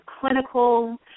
clinical